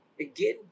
again